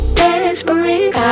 desperate